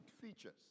features